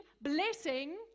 blessing